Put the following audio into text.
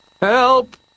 Help